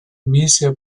місія